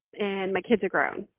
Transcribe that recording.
and my kids are grown.